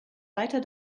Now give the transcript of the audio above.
weiter